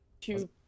Two